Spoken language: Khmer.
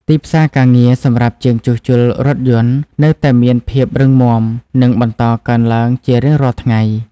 ទីផ្សារការងារសម្រាប់ជាងជួសជុលរថយន្តនៅតែមានភាពរឹងមាំនិងបន្តកើនឡើងជារៀងរាល់ថ្ងៃ។